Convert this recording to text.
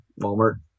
Walmart